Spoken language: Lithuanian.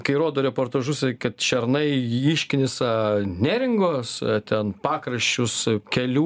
kai rodo reportažus kad šernai išknisa neringos ten pakraščius kelių